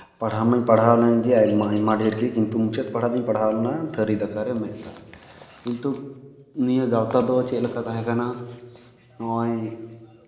ᱯᱟᱲᱦᱟᱣ ᱢᱟᱧ ᱯᱟᱲᱦᱟᱣ ᱞᱮᱱ ᱜᱮᱭᱟ ᱟᱭᱢᱟ ᱰᱷᱮᱨ ᱜᱮ ᱠᱤᱱᱛᱩ ᱢᱩᱪᱟᱹᱫ ᱯᱟᱲᱦᱟᱣ ᱫᱚᱧ ᱯᱟᱲᱦᱟᱣ ᱞᱮᱱᱟ ᱛᱷᱟᱹᱨᱤ ᱫᱟᱠᱟ ᱨᱮ ᱢᱮᱫ ᱫᱟᱜ ᱠᱤᱱᱛᱩ ᱱᱤᱭᱟᱹ ᱜᱟᱶᱛᱟ ᱫᱚ ᱪᱮᱫ ᱞᱮᱠᱟ ᱛᱟᱦᱮᱸ ᱠᱟᱱᱟ ᱱᱚᱜᱼᱚᱸᱭ